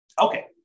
Okay